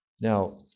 Now